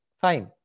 fine